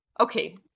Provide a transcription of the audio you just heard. Okay